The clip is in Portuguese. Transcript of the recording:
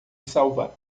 salvar